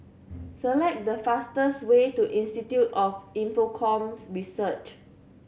select the fastest way to Institute of Infocomm Research